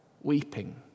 weeping